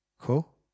Cool